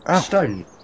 Stone